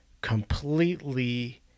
completely